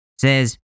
says